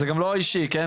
זה גם לא אישי, כן?